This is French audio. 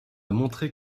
montrer